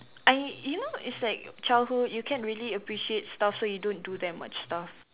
I you know it's like childhood you can't really appreciate stuff so you don't do that much stuff